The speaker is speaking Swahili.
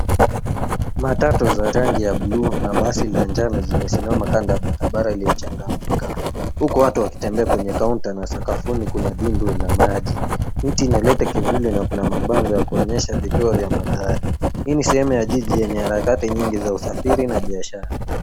Matatu za rangi ya blue na basi la njano zimesimama kando ya barabara iliyochangamka huku watu wakitembea kwenye kaunta na sakafuni kuna dimbwi la maji. Miti inaleta kivuli na kuna mabango vya kuonyesha kituo ya magari. Hii ni sehemu ya jiji yenye harakati nyingi za usafiri na biashara.